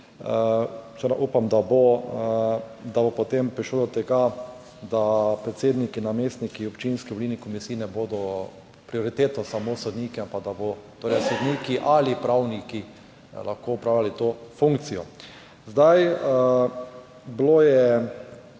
upam, da bo, potem prišlo do tega, da za predsednike, namestnike občinskih volilnih komisij ne bodo prioriteta samo sodniki, ampak da bodo torej sodniki ali pravniki lahko opravljali to funkcijo. Bilo je